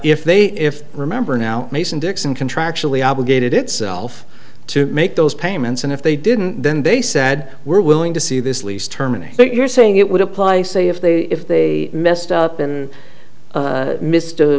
if they if remember now mason dixon contractually obligated itself to make those payments and if they didn't then they said we're willing to see this least terminate what you're saying it would apply say if they if they messed up and